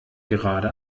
gerade